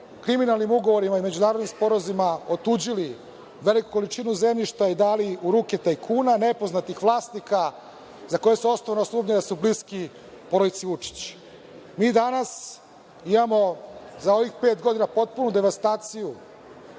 kriminalnim ugovorima i međunarodnim sporazumima otuđili veliku količinu zemljišta, dali u ruke tajkunima, nepoznatim vlasnicima za koje se osnovano sumnja da su bliski porodici Vučić. Mi danas imamo za ovih pet godina potpunu devastaciju